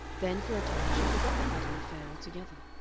then for a time she forgot the fadden affair altogether.